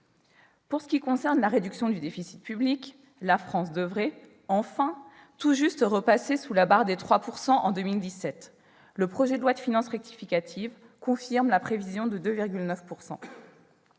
Pour ce qui concerne la réduction du déficit public, la France devrait - enfin ! -tout juste repasser sous la barre des 3 % en 2017. Le projet de loi de finances rectificative confirme la prévision de 2,9 %.